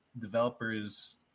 developers